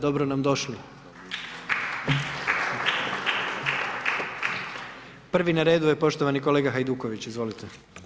Dobro nam došli. Prvi na redu je poštovani kolega Hajduković, izvolite.